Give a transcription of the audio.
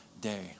day